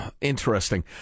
interesting